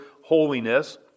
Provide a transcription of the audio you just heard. holiness